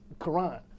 Quran